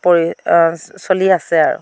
পৰি চলি আছে আৰু